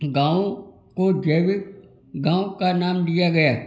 गाँवों को जैविक गाँव का नाम दिया गया